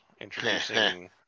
introducing